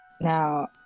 Now